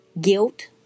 guilt